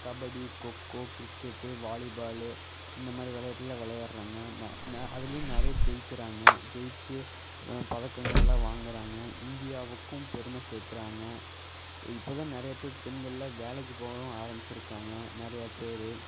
kabaddi kho kho cricket volleyball இந்த மாதிரி விளையாட்டெல்லாம் விளையாட்றாங்க ந ந அதுலேயும் நிறையா ஜெயிக்கிறாங்க ஜெயித்து பதக்கங்கள்லாம் வாங்கிறாங்க இந்தியாவுக்கும் பெருமை சேர்க்கறாங்க இப்போ தான் நிறைய பேர் பெண்கள்லாம் வேலைக்கு போகவும் ஆரம்மிச்சிருக்காங்க நிறையா பேர்